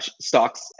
stocks